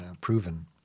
proven